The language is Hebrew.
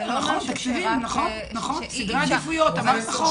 זה לא אומר -- סדרי עדיפויות, נכון, נכון.